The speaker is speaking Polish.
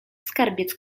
skarbiec